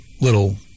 little